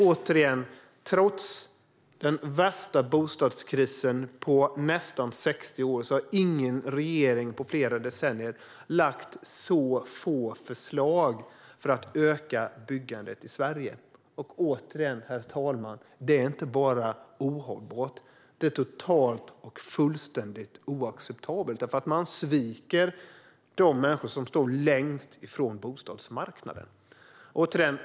Återigen: Trots den värsta bostadskrisen på nästan 60 år har ingen regering på flera decennier lagt fram så få förslag för att öka byggandet i Sverige. Det är inte bara ohållbart utan fullständigt oacceptabelt eftersom man sviker de människor som står längst från bostadsmarknaden.